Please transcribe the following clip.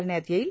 करण्यात येईल